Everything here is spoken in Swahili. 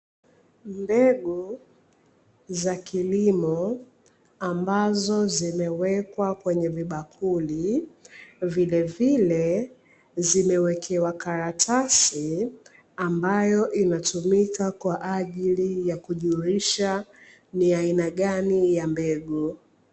Mbegu za kilimo ambazo zimewekwa kwenye vitakuli, vilivile zimewekewa karatasi ambazo zinatumika kujulisha ni aina gani ya mbegu.